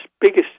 biggest